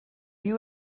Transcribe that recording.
you